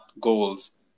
goals